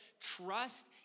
trust